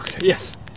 Yes